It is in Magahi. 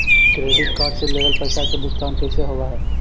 क्रेडिट कार्ड से लेवल पैसा के भुगतान कैसे होव हइ?